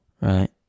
right